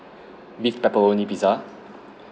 beef pepperoni pizza